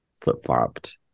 flip-flopped